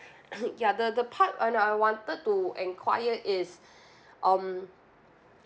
ya the the part I know I wanted to enquire is um